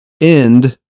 end